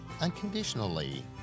unconditionally